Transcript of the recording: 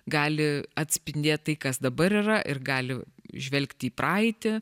gali atspindėt tai kas dabar yra ir gali žvelgti į praeitį